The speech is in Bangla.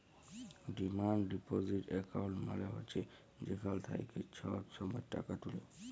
ডিমাল্ড ডিপজিট একাউল্ট মালে হছে যেখাল থ্যাইকে ছব ছময় টাকা তুলে